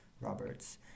Roberts